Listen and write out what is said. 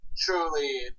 Truly